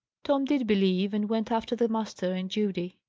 tom did believe, and went after the master and judy.